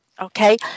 Okay